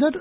इधर